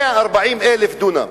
140,000 דונם,